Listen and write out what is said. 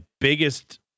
biggest